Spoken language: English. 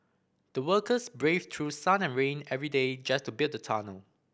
the workers braved through sun and rain every day just to build the tunnel